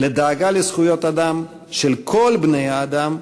לדאגה לזכויות אדם של כל בני-האדם,